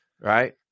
Right